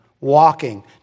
walking